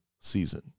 season